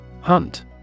Hunt